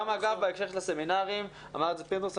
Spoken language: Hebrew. גם אגב בנושא של הסמינרים ואמר את זה ח"כ פינדרוס,